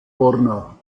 borna